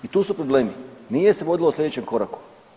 I tu su problemi, nije se vodilo o slijedećem koraku.